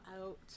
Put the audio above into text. out